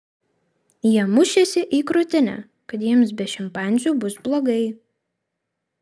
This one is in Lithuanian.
jie mušėsi į krūtinę kad jiems be šimpanzių bus blogai